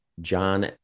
John